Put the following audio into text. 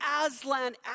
Aslan